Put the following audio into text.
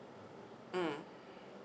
mm